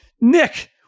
Nick